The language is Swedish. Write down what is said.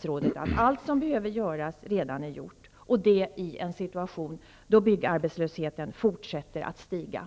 tvärtom att allt som behöver göras är allaredan gjort. Detta säger han i en situation då byggarbetslösaheten fortsätter att stiga.